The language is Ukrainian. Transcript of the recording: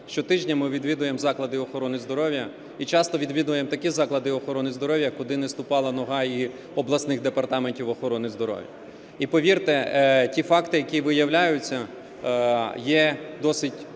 щотижня ми відвідуємо заклади охорони здоров'я, і часто відвідуємо такі заклади охорони здоров'я, куди не ступала нога і обласних департаментів охорони здоров'я. І повірте, ті факти, які виявляються, є досить